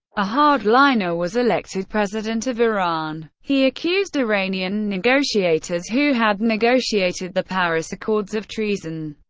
a hard-liner, was elected president of iran. he accused iranian negotiators who had negotiated the paris accords of treason.